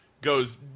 goes